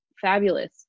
fabulous